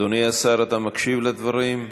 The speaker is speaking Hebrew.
אדוני השר, אתה מקשיב לדברים?